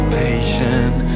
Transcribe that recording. patient